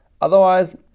Otherwise